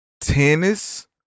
tennis